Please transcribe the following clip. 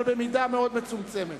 אבל במידה מאוד מצומצמת.